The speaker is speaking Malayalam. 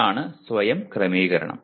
അതാണ് സ്വയം ക്രമീകരണം